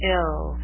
ill